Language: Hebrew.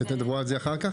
אתן תדברו על זה אחר-כך?